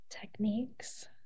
techniques